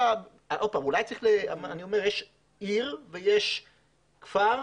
יש עיר ויש כפר,